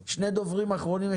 נשמע שני דוברים אחרונים.